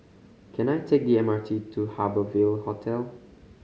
can I take the M R T to Harbour Ville Hotel